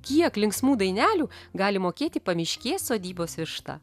kiek linksmų dainelių gali mokėti pamiškės sodybos višta